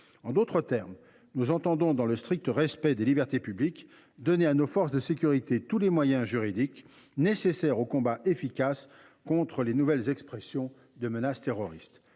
En d’autres termes, nous entendons, dans le strict respect des libertés publiques, donner à nos forces de sécurité tous les moyens juridiques nécessaires à un combat efficace contre les nouvelles expressions de la menace terroriste.